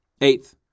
Eighth